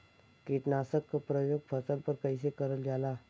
कीटनाशक क प्रयोग फसल पर कइसे करल जाला?